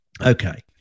Okay